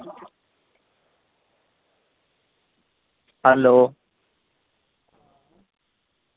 hello